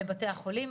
לבתי החולים,